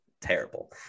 terrible